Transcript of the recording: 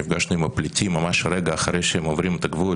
נפגשנו עם הפליטים ממש רגע אחרי שהם עוברים את הגבול.